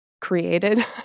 created